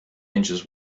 inches